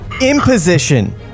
Imposition